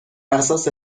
اساس